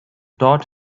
taught